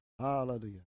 Hallelujah